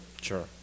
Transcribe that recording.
Sure